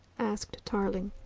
asked tarling.